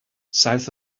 south